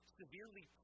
severely